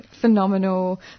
phenomenal